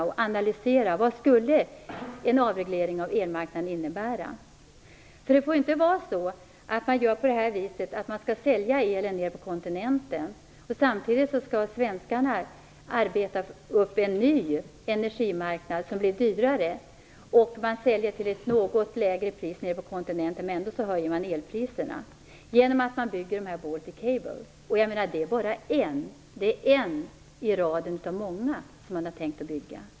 Det gäller att analysera vad en avreglering av elmarknaden skulle innebära. Det får inte bli så att elen säljs på kontinenten, samtidigt skall svenskarna arbeta fram en ny och dyrare energimarknad. Elen säljs till ett något lägre pris på kontinenten, men ändå höjs elpriserna i Sverige - på grund av Baltic Cabel håller på att byggas. Kabeln är bara en i raden av många som skall byggas.